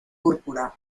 púrpura